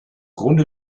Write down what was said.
grunde